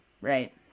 right